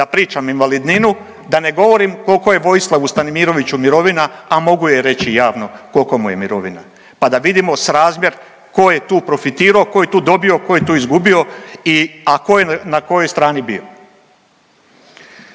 da pričam invalidninu, da ne govorim koliko je Vojislavu Stanimiroviću mirovina, a mogu je reći javno koliko mu je mirovina, pa da vidimo srazmjer ko je tu profitirao, ko je tu dobio, ko je tu izgubio i, a ko je na kojoj strani bio.